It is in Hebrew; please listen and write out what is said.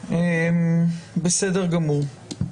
בסדר גמור.